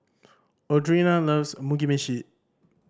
Audrina loves Mugi Meshi